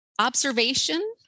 observation